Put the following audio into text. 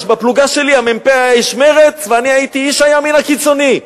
בפלוגה שלי המ"פ היה איש מרצ ואני הייתי איש הימין הקיצוני.